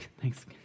Thanks